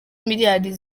miliyari